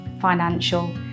financial